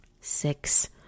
Six